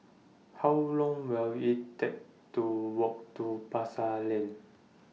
How Long Will IT Take to Walk to Pasar Lane